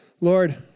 Lord